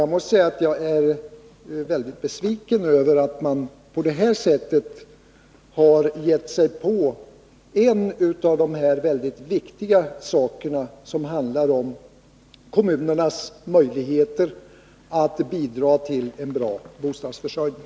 Jag måste säga att jag är väldigt besviken över att man på det här sättet har gett sig på en så viktig sak som det här handlar om, nämligen kommunernas möjligheter att bidra till en bra bostadsförsörjning.